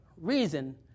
reason